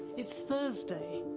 it's thursday,